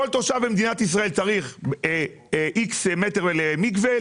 כל תושב במדינת ישראל צריך איקס מטרים למקווה,